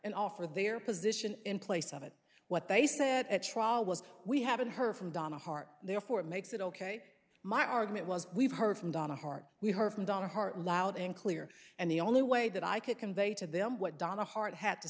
and offer their position in place of it what they said at trial was we haven't heard from donna hart therefore makes it ok my argument was we've heard from donna hart we heard from donna hart loud and clear and the only way that i could convey to them wha